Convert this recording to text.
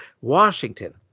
Washington